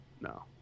No